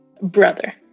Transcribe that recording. brother